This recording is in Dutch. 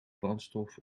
brandstof